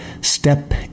step